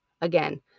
Again